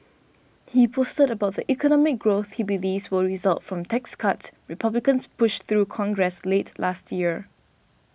he boasted about the economic growth he believes will result from tax cuts Republicans pushed through Congress late last year